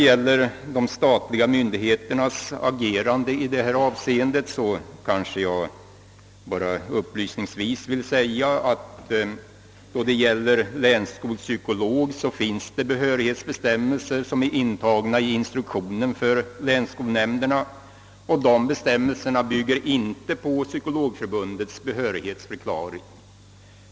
Beträffande de statliga myndigheternas agerande i detta avseende vill jag upplysa om att när det gäller länsskolpsykologer finns det behörighetsbestämmelser, intagna i instruktionen för länsskolnämnderna. Dessa bestämmelser bygger inte på Psykologförbundets behörighetsförklaring.